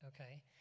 okay